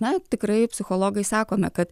na tikrai psichologai sakome kad